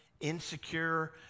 insecure